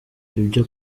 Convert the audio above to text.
ibyo